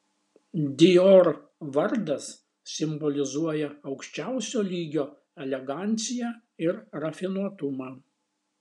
dior vardas simbolizuoja aukščiausio lygio eleganciją ir rafinuotumą